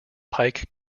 pike